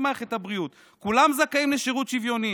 במערכת הבריאות כולם זכאים לשירות שוויוני,